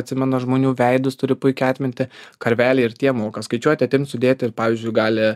atsimena žmonių veidus turi puikią atmintį karveliai ir tie moka skaičiuot atimt sudėt ir pavyzdžiui gali